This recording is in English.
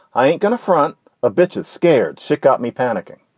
i ain't gonna front a bitches scared shit got me panicking.